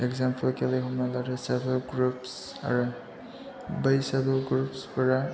example के लिए हमना लादो सेल्फ हेल्प ग्रुप्स आरो बैसागु ग्रुप्सफोरा